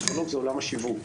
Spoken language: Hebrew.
והשיווק,